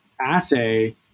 assay